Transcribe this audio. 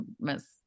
miss